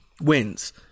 wins